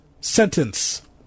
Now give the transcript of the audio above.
sentence